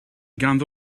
ganddo